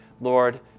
Lord